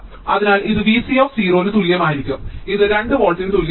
അതിനാൽ ഇത് Vc ന് തുല്യമായിരിക്കും ഇത് 2 വോൾട്ടിന് തുല്യമാണ്